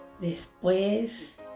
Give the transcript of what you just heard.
Después